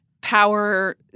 power